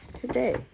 today